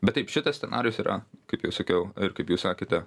bet taip šitas scenarijus yra kaip jau sakiau ir kaip jūs sakėte